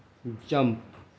jump